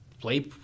play